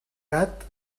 gat